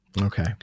Okay